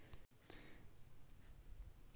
Mealybug पराटीचे चे शेंडे काऊन मुरगळते?